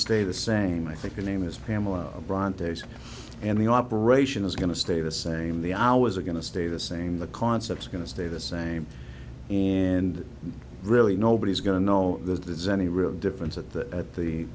stay the same i think your name is pamela brown days and the operation is going to stay the same the hours are going to stay the same the concepts are going to stay the same and really nobody's going to know there's any real difference at the at the